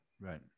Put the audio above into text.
Right